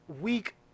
week